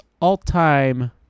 all-time